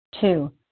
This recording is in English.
Two